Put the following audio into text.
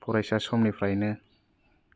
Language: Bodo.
फरायसा समनिफ्राइनो